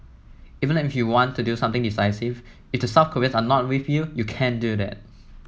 even if you want to do something decisive if the South Koreans are not with you you can't do that